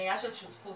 מראייה של שותפות,